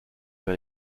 vers